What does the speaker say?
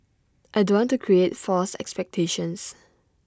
I don't want to create false expectations